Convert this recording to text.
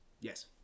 yes